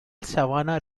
savannah